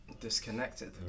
disconnected